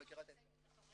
את מכירה את האתגר.